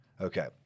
Okay